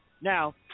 now